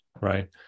Right